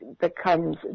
becomes